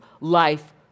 life